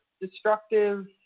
destructive